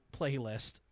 playlist